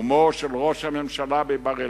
נאומו של ראש הממשלה בבר-אילן,